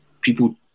people